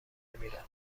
نمیرم